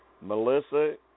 Melissa